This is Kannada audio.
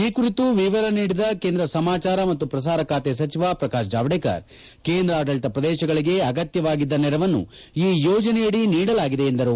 ಈ ಕುರಿತು ವಿವರ ನೀಡಿದ ಕೇಂದ್ರ ಸಮಾಚಾರ ಮತ್ತು ಪ್ರಸಾರ ಖಾತೆ ಸಚಿವ ಪ್ರಕಾಶ್ ಜಾವ್ದೇಕರ್ ಕೇಂದ್ರಾಡಳಿತ ಪ್ರದೇಶಗಳಿಗೆ ಅಗತ್ಯವಾಗಿದ್ದ ನೆರವನ್ನು ಈ ಯೋಜನೆಯಡಿ ನೀಡಲಾಗಿದೆ ಎಂದರು